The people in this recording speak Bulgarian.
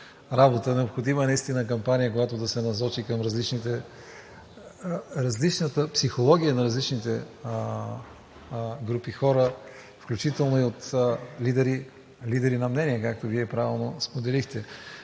Необходима е наистина кампания, която да се насочи към различната психология на различните групи хора, включително и от лидери на мнение, както Вие правилно споделихте.